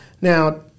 now